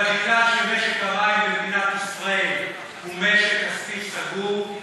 אבל מכיוון שמשק המים במדינת ישראל הוא משק כספי סגור,